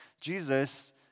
Jesus